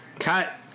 Cut